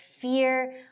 fear